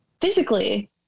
physically